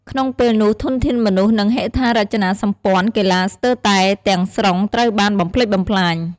ក្នុងពេលនោះ ធនធានមនុស្ស និងហេដ្ឋារចនាសម្ព័ន្ធកីឡាស្ទើរតែទាំងស្រុងត្រូវបានបំផ្លិចបំផ្លាញ ។